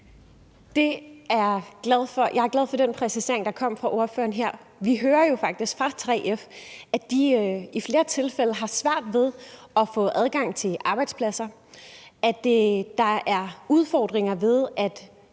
Jeg er glad for den præcisering, der kom fra ordføreren her. Vi hører jo faktisk fra 3F, at de i flere tilfælde har svært ved at få adgang til arbejdspladser, at der er udfordringer, ved at